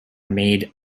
made